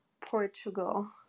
portugal